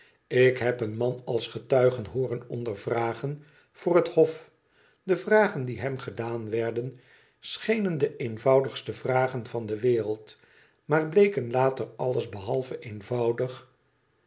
ik heb een man als getuige hooren ondervragen voor het hof de vragen die hem gedaan werden schenen de eenvoudigste vragen van de wereld maar bleken later alles behalve eenvoudig